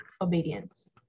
obedience